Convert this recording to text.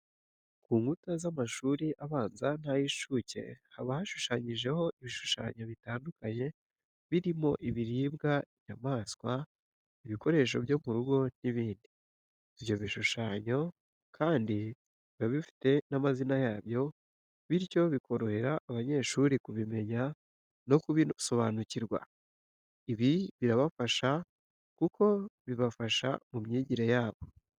Ku nkuta z'amashuri abanza n'ay'incuke haba hashushanyijeho ibishushanyo bitandukanye birimo ibiribwa, inyamaswa, ibikoresho byo mu rugo n'ibindi. Ibyo bishushanyo kandi biba bifite n'amazina yabyo bityo bokorehera abanyeshuri kubimenya no kubisobanukirwa. Ibi birabafasha kuko bibafasha mu myigire yabo.